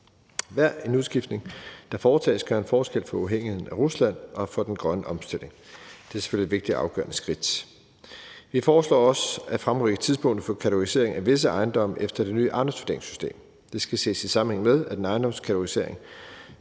Hver en udskiftning, der foretages, gør en forskel for uafhængigheden af Rusland og for den grønne omstilling. Det er selvfølgelig et vigtigt og afgørende skridt. Vi foreslår også at fremrykke tidspunktet for kategorisering af visse ejendomme efter det nye ejendomsvurderingssystem. Det skal ses i sammenhæng med, at en ejendoms kategorisering